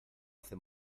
hace